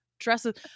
dresses